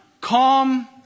calm